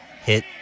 Hit